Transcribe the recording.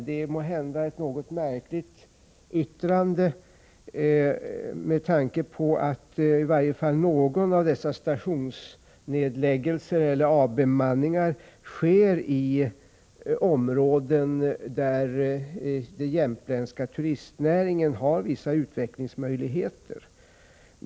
Det är ett något märkligt yttrande med tanke på att i varje fall någon av dessa stationsnedläggningar eller avbemanningar sker i områden där den jämtländska turistnäringen har vissa utvecklingsmöjligheter.